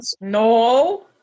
No